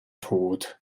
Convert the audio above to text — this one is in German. tod